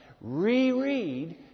Reread